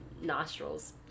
nostrils